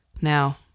Now